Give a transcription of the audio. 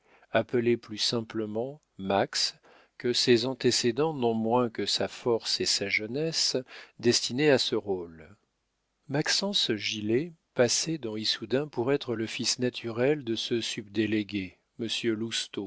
appelé plus simplement max que ses antécédents non moins que sa force et sa jeunesse destinaient à ce rôle maxence gilet passait dans issoudun pour être le fils naturel de ce subdélégué